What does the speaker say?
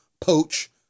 poach